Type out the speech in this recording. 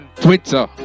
Twitter